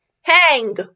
Hang